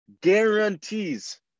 guarantees